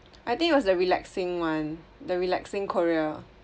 I think it was the relaxing one the relaxing korea